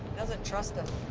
doesn't trust it.